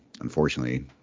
unfortunately